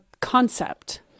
concept